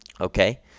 Okay